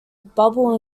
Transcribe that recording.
bubble